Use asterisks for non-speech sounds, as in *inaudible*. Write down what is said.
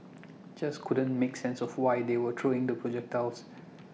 *noise* just couldn't make sense of why they were throwing the projectiles